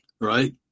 right